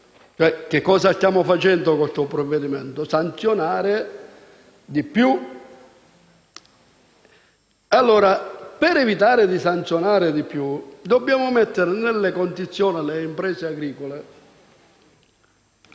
che cosa stiamo facendo con questo provvedimento? Sanzionare di più. Per evitare di sanzionare di più dobbiamo mettere le imprese agricole